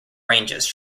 ranges